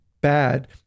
Bad